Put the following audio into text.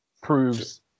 proves